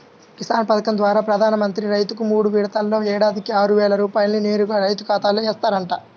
కిసాన్ పథకం ద్వారా ప్రధాన మంత్రి రైతుకు మూడు విడతల్లో ఏడాదికి ఆరువేల రూపాయల్ని నేరుగా రైతు ఖాతాలో ఏస్తారంట